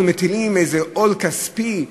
אנחנו מטילים איזה עול כספי?